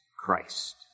Christ